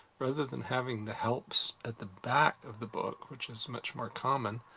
rather than having the helps at the back of the book, which is much more common,